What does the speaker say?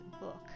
book